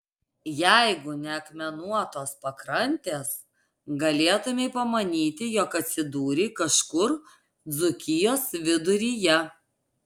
jeigu ne akmenuotos pakrantės galėtumei pamanyti jog atsidūrei kažkur dzūkijos viduryje